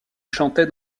chantait